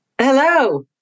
Hello